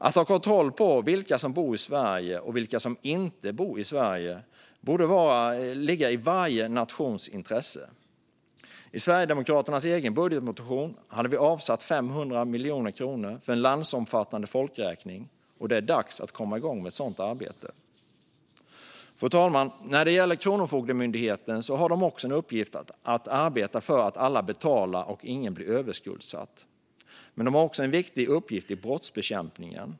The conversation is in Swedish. Att ha kontroll på vilka som bor och som inte bor i landet borde ligga i varje nations intresse. I Sverigedemokraternas egen budgetmotion hade vi avsatt 500 miljoner kronor till en landsomfattande folkräkning. Det är dags att komma igång med ett sådant arbete. Fru talman! När det gäller Kronofogdemyndigheten har de i uppgift att arbeta för att alla betalar det man ska och ingen blir överskuldsatt. Men de har också en viktig uppgift i fråga om brottsbekämpningen.